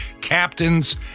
captains